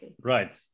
Right